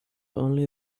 only